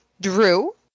Drew